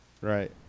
Right